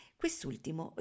quest'ultimo